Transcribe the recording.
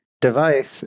device